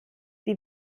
die